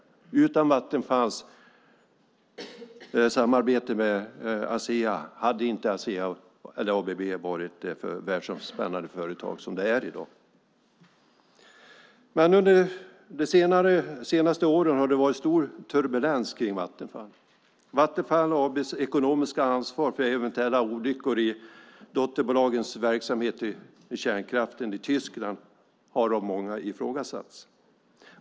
Utan Vattenfalls samarbete med Asea hade inte ABB varit det världsomspännande företag som det är i dag. Under det senaste året har det varit stor turbulens kring Vattenfall. Vattenfall AB:s ekonomiska ansvar för eventuella olyckor i dotterbolagens verksamhet i kärnkraftverk i Tyskland har av många ifrågasatts.